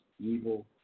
evil